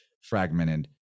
fragmented